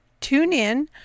TuneIn